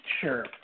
Sure